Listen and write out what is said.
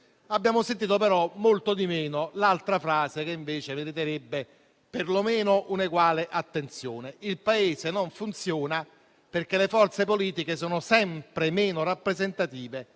Abbiamo sentito però molto di meno l'altra frase che invece meriterebbe perlomeno un'eguale attenzione: il Paese non funziona perché le forze politiche sono sempre meno rappresentative